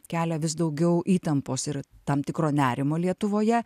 kelia vis daugiau įtampos ir tam tikro nerimo lietuvoje